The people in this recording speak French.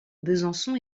besançon